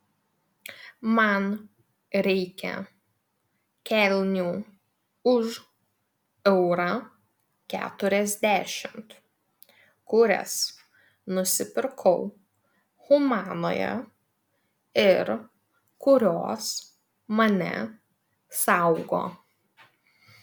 man reikia kelnių už eurą keturiasdešimt kurias nusipirkau humanoje ir kurios mane saugo